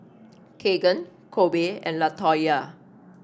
Kegan Kobe and Latoyia